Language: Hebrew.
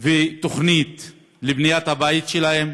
ותוכנית לבניית הבית שלהם.